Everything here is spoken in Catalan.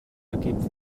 equips